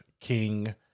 King